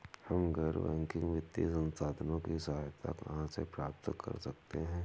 हम गैर बैंकिंग वित्तीय संस्थानों की सहायता कहाँ से प्राप्त कर सकते हैं?